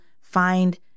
find